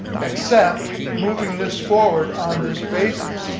accept moving this forward on this basis.